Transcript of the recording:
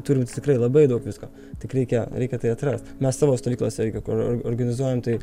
turim mes tikrai labai daug visko tik reikia reikia tai atrast mes savo stovyklose kur or organizuojame tai